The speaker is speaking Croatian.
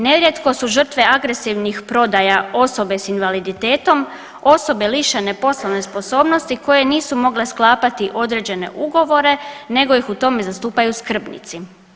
Nerijetko su žrtve agresivnih prodaja osobe s invaliditetom, osobe lišene poslovne sposobnosti koje nisu mogle sklapati određene ugovore nego ih u tome zastupaju skrbnici.